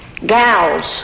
gals